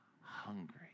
hungry